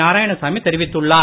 நாராயணசாமி தெரிவித்துள்ளார்